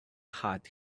had